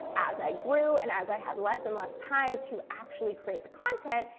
as i grew and as i had less and less time to actually create the content,